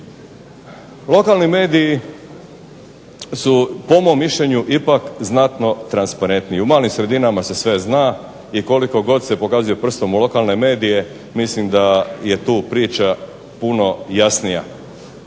Lokalni mediji su po mom mišljenju znatno transparentniji. U malim sredinama se sve zna i koliko god se pokazuje prstom u lokalne medije mislim ga je tu priča puno jasnija.